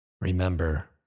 Remember